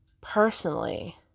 personally